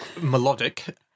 Melodic